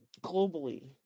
globally